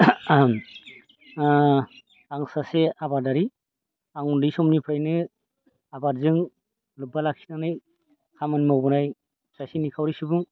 ओं आं सासे आबादारि आं उन्दै समनिफ्रायनो आबादजों लोब्बा लाखिनानै खामानि मावबोनाय सासे निखावरि सुबुं